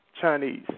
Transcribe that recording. Chinese